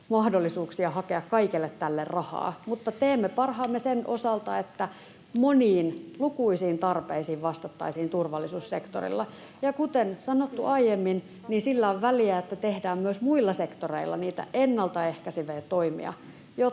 mahdollisuuksia hakea kaikelle tälle rahaa. Mutta teemme parhaamme sen osalta, että moniin, lukuisiin tarpeisiin vastattaisiin turvallisuussektorilla. Ja kuten sanottu aiemmin, niin sillä on väliä, että tehdään myös muilla sektoreilla niitä ennalta ehkäiseviä toimia,